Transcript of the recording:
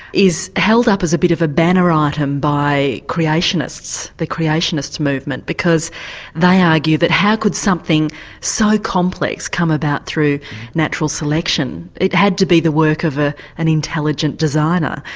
is held up as a bit of a banner ah item by creationists, the creationist movement, because they argue that how could something so complex come about through natural selection, it had to be the work of ah an intelligent designer.